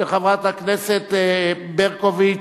של חברת הכנסת ברקוביץ.